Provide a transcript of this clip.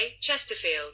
Chesterfield